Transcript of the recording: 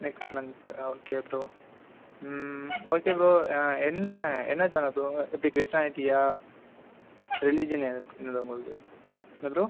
next month okay bro okay bro என்ன என்ன genre bro எப்படி வெஸ்ட்டானிட்டியா ரிலிஜியன் உங்கள்து என்ன ப்ரோ